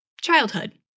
Childhood